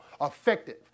effective